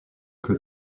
que